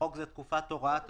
(בחוק זה, תקופת הוראת השעה),